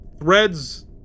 threads